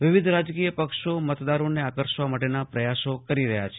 વિવિધ રાજકીય પક્ષો મતદારોને આકર્ષવા માટેના પ્રયાસો કરી રહ્યા છે